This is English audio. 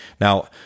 Now